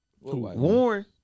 Warren